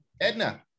Edna